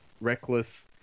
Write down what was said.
reckless